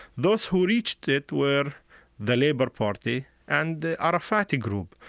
those who reached it were the labor party and the arafati group.